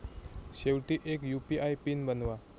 शेवटी एक UPI PIN बनवा